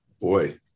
boy